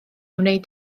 wneud